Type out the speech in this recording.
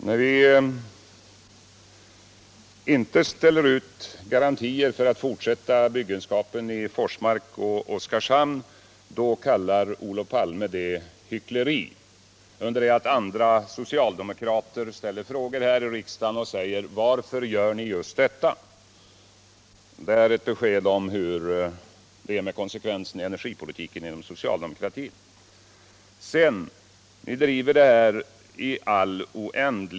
Herr talman! När vi inte ställer ut garantier för att fortsätta byggenskapen i Forsmark och Oskarshamn, kallar Olof Palme det för hyckleri. Samtidigt ställer andra socialdemokrater frågor här i riksdagen och undrar: Varför gör ni just detta? Det är ett besked om hur det är ställt med konsekvensen i energipolitiken inom socialdemokratin.